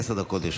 הצבעה.